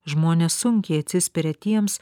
žmonės sunkiai atsispiria tiems